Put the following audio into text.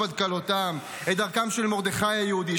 עד כַּלותם"; את דרכם של מרדכי היהודי,